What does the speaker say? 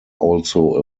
also